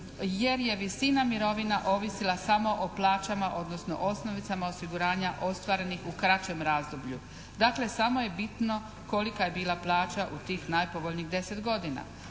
jer je visina mirovina ovisila samo o plaćama, odnosno osnovicama osiguranja ostvarenih u kraćem razdoblju. Dakle samo je bitno kolika je bila plaća u tih najpovoljnijih 10 godina.